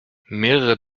mehrere